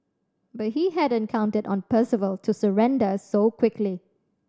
but he hadn't counted on Percival to surrender so quickly